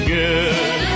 good